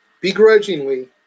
begrudgingly